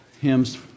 hymns